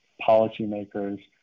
policymakers